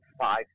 five